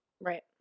Right